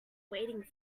waiting